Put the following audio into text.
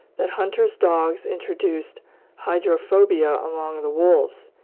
that hunters' dogs introduced hydrophobia among the wolves,